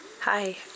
Hi